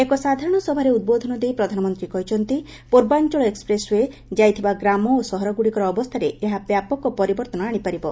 ଏକ ସାଧାରଣ ସଭାରେ ଉଦ୍ବୋଧନ ଦେଇ ପ୍ରଧାନମନ୍ତ୍ରୀ କହିଛନ୍ତି ପୂର୍ବାଞ୍ଚଳ ଏକ୍ପ୍ରେସ୍ ଓ୍ବେ ଯାଇଥିବା ଗ୍ରାମ ଓ ସହରଗୁଡ଼ିକର ଅବସ୍ଥା ଏହା ବ୍ୟାପକ ପରିବର୍ତ୍ତନ ଆଶିପାରିବ